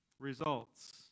Results